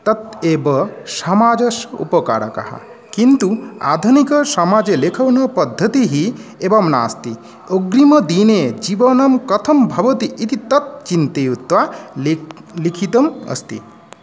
तत् एव समाजस्य उपकारकः किन्तु आधुनिकसमाजे लेखनपद्धतिः एवं नास्ति अग्रिमदिने जीवनं कथं भवति इति तत् चिन्तयित्वा लिख लिखितम् अस्ति